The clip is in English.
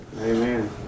Amen